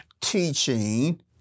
teaching